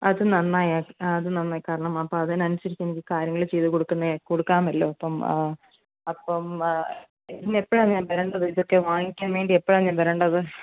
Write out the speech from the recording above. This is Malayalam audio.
അത് നന്നായി അത് നന്നായി കാരണം അപ്പം അതിനനുസരിച്ചെനിക്ക് കാര്യങ്ങൾ ചെയ്ത് കൊടുക്കുന്നേ കൊടുക്കാമല്ലോ അപ്പം അപ്പം ഇന്നെപ്പോഴാണ് ഞാൻ വരേണ്ടത് ഇതക്കെ ഞാൻ വാങ്ങിക്കാൻ വേണ്ടി എപ്പോഴാണ് ഞാൻ വരേണ്ടത്